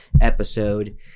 episode